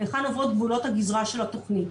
היכן עוברות גבולות הגזרה של התכנית.